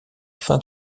fin